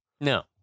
No